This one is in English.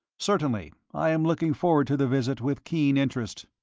certainly. i am looking forward to the visit with keen interest.